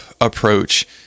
approach